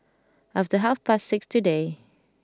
after half past six today